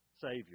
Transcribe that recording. Savior